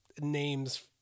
names